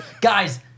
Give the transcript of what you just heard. guys